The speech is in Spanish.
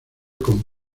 con